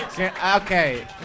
Okay